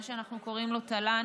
מה שאנחנו קוראים לו תל"ן,